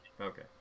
Okay